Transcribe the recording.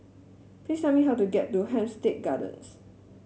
please tell me how to get to Hampstead Gardens